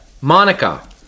Monica